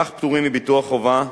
כך פטורים מביטוח חובה,